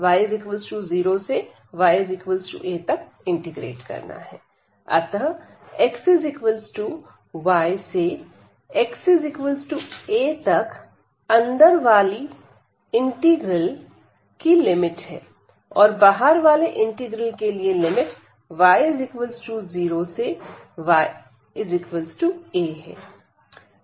अतः xy से xa तक अंदर वाली इंटीग्रल की लिमिट है और बाहर वाले के लिए लिमिट y0 से ya है